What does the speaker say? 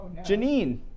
Janine